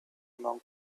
among